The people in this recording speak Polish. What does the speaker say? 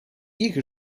ich